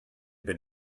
been